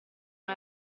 non